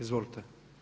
Izvolite.